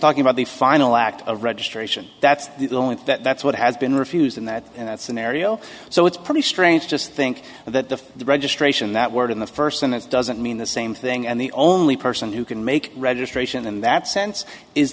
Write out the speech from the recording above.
talking about the final act of registration that's the only that's what has been refused in that scenario so it's pretty strange just think that the registration that word in the first sentence doesn't mean the same thing and the only person who can make registration in that sense is